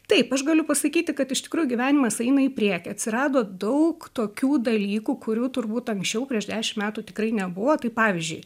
taip aš galiu pasakyti kad iš tikrųjų gyvenimas eina į priekį atsirado daug tokių dalykų kurių turbūt anksčiau prieš dešim metų tikrai nebuvo tai pavyzdžiui